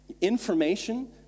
information